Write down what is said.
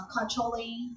Controlling